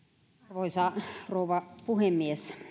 arvoisa rouva puhemies